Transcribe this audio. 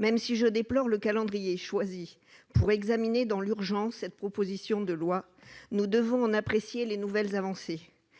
Même si je déplore le calendrier choisi pour examiner dans l'urgence cette proposition de loi, nous devons en apprécier les nouvelles avancées.